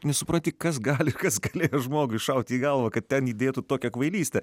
nesupranti kas gali kas galėjo žmogui šauti į galvą kad ten įdėtų tokią kvailystę